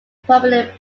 permanently